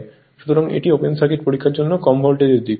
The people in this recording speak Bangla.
সুতরাং এটি ওপেন সার্কিট পরীক্ষার জন্য কম ভোল্টেজের দিক